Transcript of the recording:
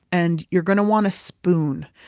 and you're going to want a spoon.